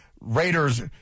Raiders